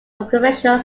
unconventional